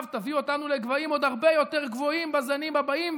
תביא אותנו לגבהים עוד הרבה יותר גבוהים בזנים הבאים,